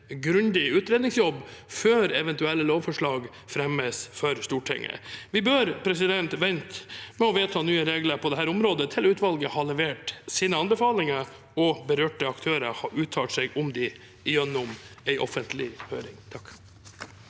grundig utredningsjobb før eventuelle lovforslag fremmes for Stortinget. Vi bør vente med å vedta nye regler på dette området til utvalget har levert sine anbefalinger og berørte aktører har uttalt seg om dem gjennom en offentlig høring.